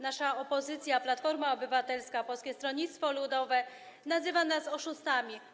Nasza opozycja, Platforma Obywatelska, Polskie Stronnictwo Ludowe, nazywa nas oszustami.